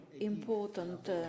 important